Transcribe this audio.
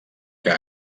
que